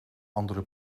andere